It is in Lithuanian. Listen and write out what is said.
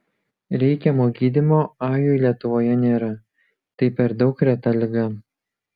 reikiamo gydymo ajui lietuvoje nėra tai per daug reta liga